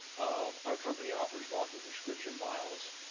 our company offers locking prescription vials.